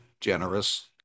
generous